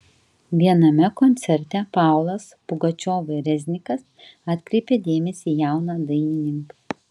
viename koncerte paulas pugačiova ir reznikas atkreipė dėmesį į jauną dainininką